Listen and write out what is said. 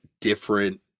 different